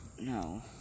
No